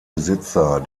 besitzer